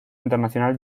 internacional